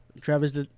Travis